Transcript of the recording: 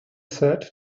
said